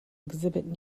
exhibit